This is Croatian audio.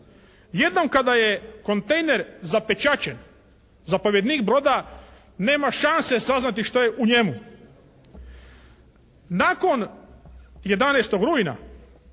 Jednom kada je kontejner zapečaćen, zapovjednik broda nema šanse saznati šta je u njemu. Nakon 11. rujna